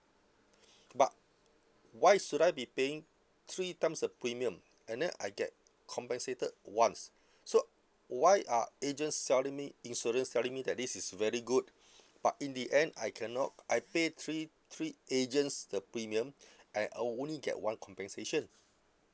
but why should I be paying three times a premium and then I get compensated once so why are agent selling me insurance telling me that this is very good but in the end I cannot I pay three three agents the premium and I only get one compensation